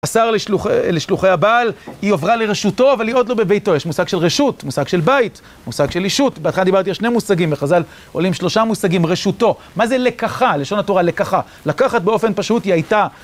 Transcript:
השר לשלוחי הבעל, היא עוברה לרשותו, אבל היא עוד לא בביתו, יש מושג של רשות, מושג של בית, מושג של אישות, בהתחלה דיברתי על שני מושגים, בחזל עולים שלושה מושגים, רשותו, מה זה לקחה, לשון התורה לקחה, לקחת באופן פשוט היא הייתה